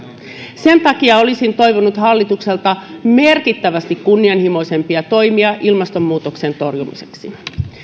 sen takia olisin toivonut hallitukselta merkittävästi kunnianhimoisempia toimia ilmastonmuutoksen torjumiseksi